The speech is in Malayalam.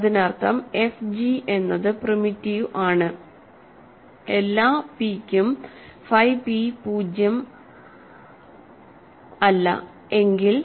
അതിനർത്ഥം f g എന്നത് പ്രിമിറ്റീവും ആണ് എല്ലാ p യ്ക്കും ഫൈ p 0 അല്ല എങ്കിൽ